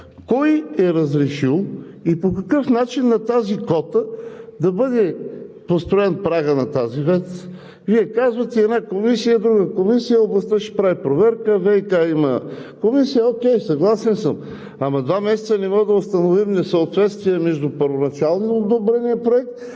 кой е разрешил и по какъв начин на тази кота да бъде построен прагът на тази ВЕЦ? Вие казвате – една комисия, друга комисия, Областта ще прави проверка, ВиК има комисия. Окей, съгласен съм, но два месеца не можем да установим несъответствие между първоначално одобрения проект и